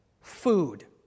food